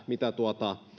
mitä